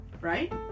Right